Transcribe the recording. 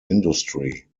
industry